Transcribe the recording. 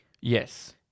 Yes